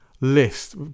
list